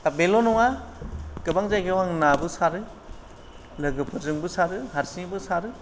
दा बेल' नङा गोबां जायगायाव आं नाबो सारो लोगोफोरजोंबो सारो हारसिंबो सारो